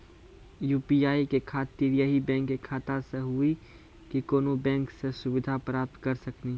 UPI के खातिर यही बैंक के खाता से हुई की कोनो बैंक से सुविधा प्राप्त करऽ सकनी?